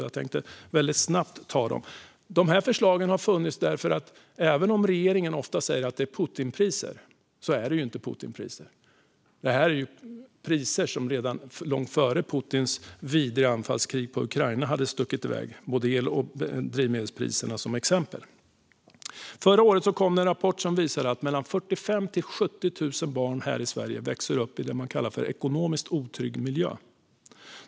Jag tänkte väldigt snabbt nämna dem; de har funnits där. Även om regeringen rätt ofta säger att det är Putinpriser så är det inte Putinpriser. Det är priser som redan långt före Putins vidriga anfallskrig mot Ukraina hade stuckit iväg, med både el och drivmedelspriserna som exempel. Förra året kom en rapport som visade att 45 000-70 000 barn här i Sverige växer upp i det man kallar ekonomiskt otrygg miljö.